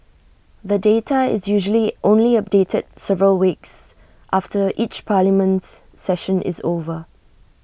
the data is usually only updated several weeks after each parliament session is over